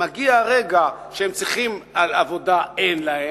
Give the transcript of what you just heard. מגיע הרגע שהם צריכים עבודה, אין להם.